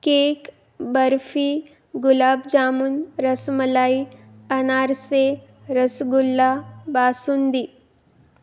cake barfi gulab jamun rasmalai अनारसे रसगुल्ला बासुंदी